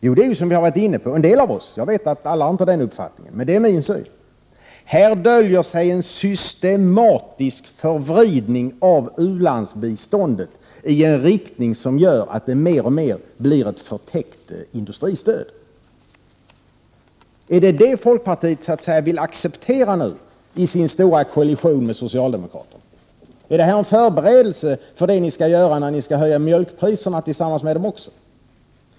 Jo, som en del av 19 april 1989 oss har varit inne på — jag vet att inte alla har den uppfattningen, men det är min syn: här döljer sig en systematisk förvridning av u-landsbiståndet i en riktning som gör att det mer och mer blir ett förtäckt industristöd. Är det det folkpartiet vill acceptera nu, i sin stora koalition med socialdemokraterna? Är det här en förberedelse för det ni skall göra när ni skall höja mjölkpriserna tillsammans med dem också?